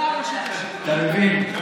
אתה מבין,